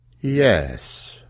Yes